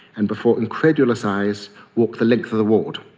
and before incredulous eyes walked the length of the ward.